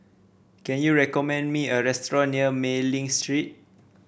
can you recommend me a restaurant near Mei Ling Street